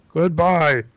Goodbye